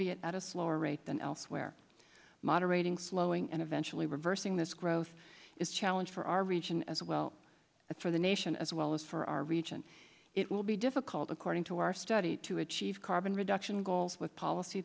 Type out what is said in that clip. albeit at a slower rate than elsewhere moderating slowing and eventually reversing this growth is challenge for our region as well as for the nation as well as for our region it will be difficult according to our study to achieve carbon reduction goals with policy